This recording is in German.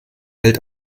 hält